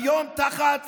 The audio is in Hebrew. כיום, תחת